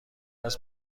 است